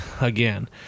again